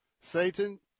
Satan